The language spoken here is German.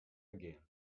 ergehen